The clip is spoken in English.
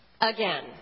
Again